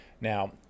now